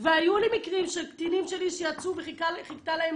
והיו לי מקרים של קטינים שלי שיצאו וחיכתה להם